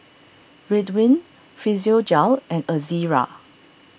Ridwind Physiogel and Ezerra